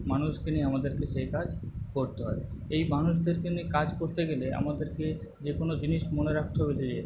মানুষকে নিয়ে আমাদেরকে সেই কাজ করতে হয় এই মানুষদেরকে নিয়ে কাজ করতে গেলে আমাদেরকে যে কোনো জিনিস মনে রাখতে হবে যে